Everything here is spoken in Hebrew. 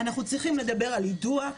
אנחנו צריכים לדבר על יידוע ,